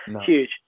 huge